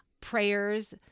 Prayers